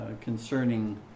concerning